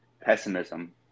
pessimism